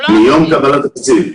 מיום קבלת התקציב.